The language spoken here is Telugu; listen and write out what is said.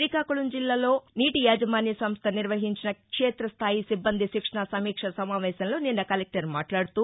శ్రీకాకుకంలో జిల్లా నీటియాజమాన్య సంస్ద నిర్వహించిన క్షేతస్దాయి సిబ్బంది శిక్షణ సమీక్షా సమావేశంలో నిన్న కలెక్టర్ మాట్లాడుతూ